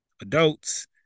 adults